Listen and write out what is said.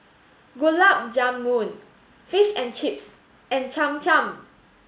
Gulab Jamun Fish and Chips and Cham Cham